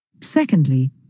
Secondly